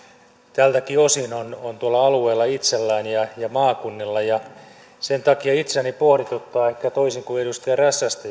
tältäkin osin on tuolla alueella itsellään ja maakunnilla sen takia itseäni pohdituttaa ehkä toisin kuin edustaja räsästä